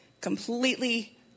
completely